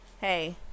Hey